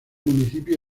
municipio